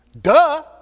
duh